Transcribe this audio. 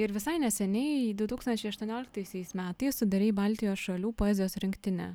ir visai neseniai du tūkstančiai aštuonioliktaisiais metais sudarei baltijos šalių poezijos rinktinę